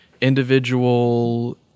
individual